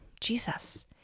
Jesus